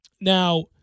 Now